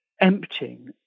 emptying